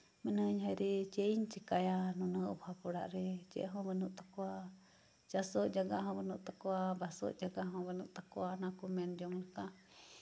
ᱢᱮᱱᱟᱹᱧ ᱦᱟᱭᱨᱮ ᱪᱮᱫ ᱤᱧ ᱪᱮᱠᱟᱭᱟ ᱱᱩᱱᱟᱹᱜ ᱚᱵᱷᱟᱵ ᱚᱲᱟᱜ ᱨᱮ ᱪᱮᱫ ᱦᱚᱸ ᱵᱟᱹᱱᱩᱜ ᱛᱟᱠᱚᱣᱟ ᱪᱟᱥᱚᱜ ᱡᱟᱭᱜᱟ ᱦᱚᱸ ᱵᱟᱹᱱᱩᱜ ᱛᱟᱠᱚᱣᱟ ᱚᱱᱮ ᱠᱚ ᱢᱮᱱ ᱡᱚᱝ ᱞᱮᱠᱟ